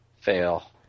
Fail